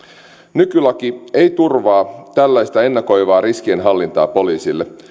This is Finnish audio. nykylaki ei turvaa tällaista ennakoivaa riskienhallintaa poliisille